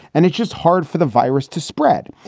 and it's just hard for the virus to spread.